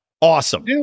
Awesome